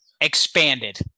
Expanded